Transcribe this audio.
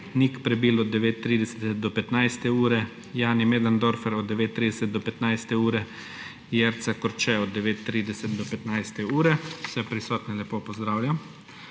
Nik Prebil od 9.30 do 15. ure, Jani Möderndorfer od 9.30 do 15. ure, Jerca Korče od 9.30 do 15. ure. Vse prisotne lepo pozdravljam!